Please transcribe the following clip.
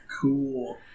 Cool